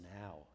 now